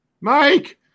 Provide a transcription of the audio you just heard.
Mike